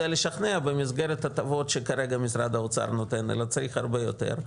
לשכנע במסגרת הטבות שכרגע משרד האוצר נותן אלא צריך הרבה יותר,